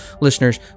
listeners